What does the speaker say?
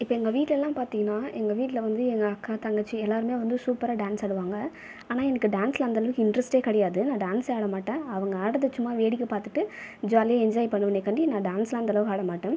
இப்போ எங்கள் வீட்டிலல்லாம் பார்த்திங்கன்னா எங்கள் வீட்டில் வந்து எங்கள் அக்கா தங்கச்சி எல்லோருமே வந்து சூப்பராக டான்ஸ் ஆடுவாங்க ஆனால் எனக்கு டான்ஸில் அந்த அளவுக்கு இன்ட்ரெஸ்ட்டே கிடையாது நான் டான்ஸ் ஆடமாட்டேன் அவங்க ஆடுவதை சும்மா வேடிக்கை பார்த்துட்டு ஜாலியாக என்ஜாய் பண்ணுவேனே கண்டி டான்ஸெலாம் அந்த அளவுக்கு ஆடமாட்டேன்